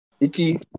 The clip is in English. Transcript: Iki